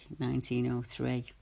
1903